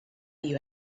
you